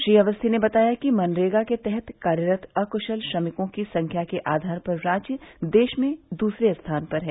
श्री अवस्थी ने बताया कि मनरेगा के तहत कार्यरत अक्शल श्रमिकों की संख्या के आधार पर राज्य देश में दूसरे स्थान पर है